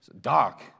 Doc